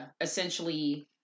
essentially